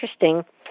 interesting